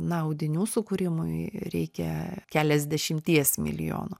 na audinių sukūrimui reikia keliasdešimties milijonų